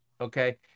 okay